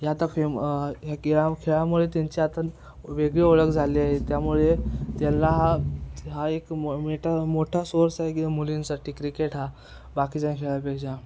हे आता फेम ह्या गिळा खेळामुळे त्यांची आता वेगळी ओळख झाली आहे त्यामुळे त्यांना हा हा एक मोठा मोठा सोर्स आहे की मुलींसाठी क्रिकेट हा बाकीच्या खेळापेक्षा